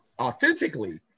authentically